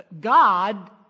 God